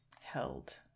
held